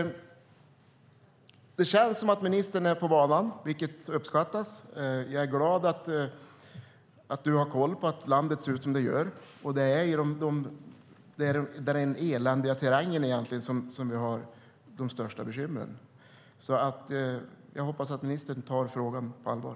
Det känns som att ministern är på banan, vilket uppskattas. Jag är glad att hon har koll på att landet ser ut som det gör, och det är där det är eländig terräng som vi har de största bekymren. Jag hoppas att ministern tar frågan på allvar.